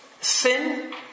Sin